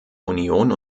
union